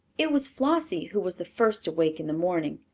it was flossie who was the first awake in the morning.